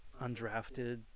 Undrafted